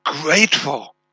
grateful